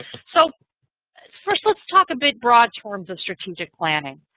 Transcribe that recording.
so first let's talk a bit broad terms of strategic planning.